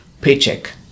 paycheck